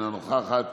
אינה נוכחת,